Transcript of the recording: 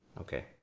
Okay